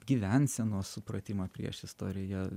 gyvensenos supratimą priešistorėje